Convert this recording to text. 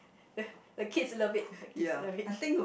the the kids love it the kids love it